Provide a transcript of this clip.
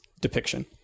depiction